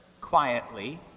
quietly